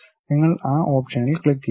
നിങ്ങൾ ആ ഓപ്ഷനിൽ ക്ലിക്കുചെയ്യുക